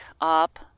up